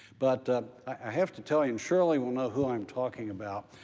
but i have to tell you, shirley will know who i'm talking about,